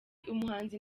umuhanzi